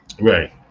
Right